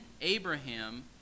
Abraham